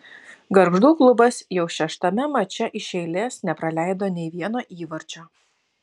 gargždų klubas jau šeštame mače iš eilės nepraleido nei vieno įvarčio